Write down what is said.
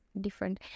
different